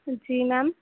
ਜੀ ਮੈਮ